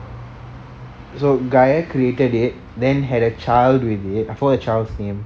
so gaia created it then had a child with it I forgot the child's name